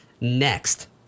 next